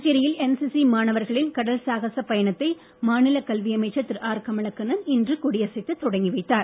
புதுச்சேரியில் என்சிசி மாணவர்களின் கடல் சாகச பயணத்தை மாநில கல்வி அமைச்சர் திரு ஆர் கமலக்கண்ணன் இன்று கொடியசைத்து தொடங்கி வைத்தார்